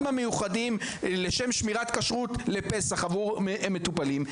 המיוחדים לשם שמירת כשרות לפסח עבור מטופלים,